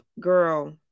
girl